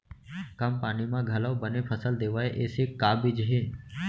कम पानी मा घलव बने फसल देवय ऐसे का बीज हे?